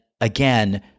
again